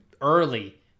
early